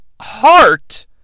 heart